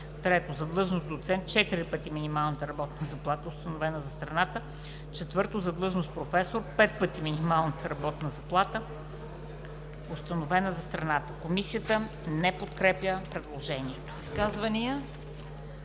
3. за длъжност „доцент“ – четири пъти минималната работна заплата, установена за страната; 4. за длъжност „професор“ – пет пъти минималната работна заплата, установена за страната.“ Комисията не подкрепя предложението.